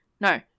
no